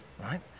right